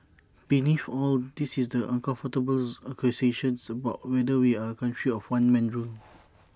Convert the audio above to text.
beneath all this is the uncomfortable accusation about whether we are A country of one man rule